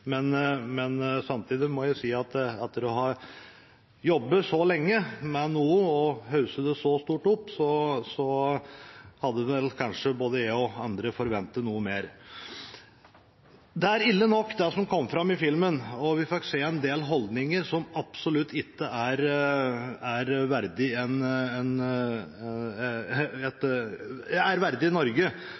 Samtidig må jeg også si at når en har jobbet så lenge med noe og hausset det så veldig opp, hadde kanskje både jeg og andre forventet noe mer. Det var ille nok det som kom fram i filmen, og vi fikk se en del holdninger som absolutt ikke er Norge verdig.